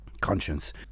conscience